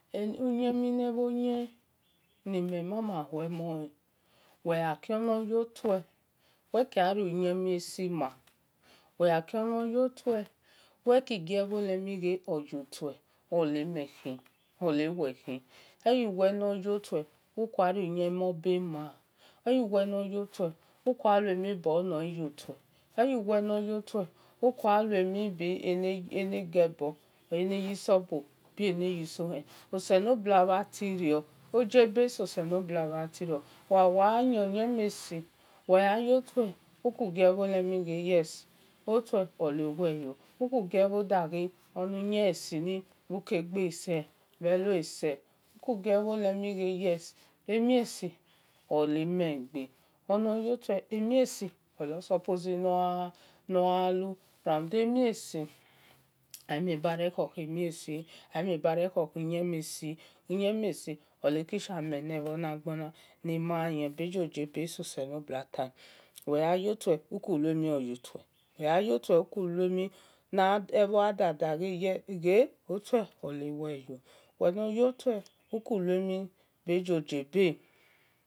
Uyemhi nebho yen ni mhe mama huemolen wel gha kie no yotue wel kil gha yi uyemie si ma wel gha ghale ono yotue wel kii gie bho len wel oyotue owe khi elu we noyotue okue gha yi iyembebe ma eyuwe nor yotue okue gha yi kheko ma wel nor yotue weki gha lue mhi bene gebol bhe ne yi sobo bie ne yi shio ben oselobua bha ti rior osebe nososelobu bha ti rior wegha yey na si wel gha yotue oku gie bho lemi wel ghe yes otue ole wel yo oki gie bho len ghe oni yen esi ni oke-gbe se bhelue se okigie bho len ghe yes imhiesi olemegbe onoyotu emhiesi or soposi noghi lu ramude amie bu re khoke mie si emesi oleki ke kughole bho nagbona ramu emiesi ogele kheke ni mayen bhe bo giebe norsoselobua tah wel gha yotue uki luemhi oyotue wel gha yotue uki luemi na len wel otue oluwel yo wel gha yotue uki luemi bhe bo jie bee